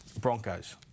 Broncos